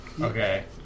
Okay